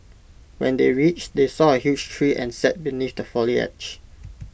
when they reached they saw A huge tree and sat beneath the foliage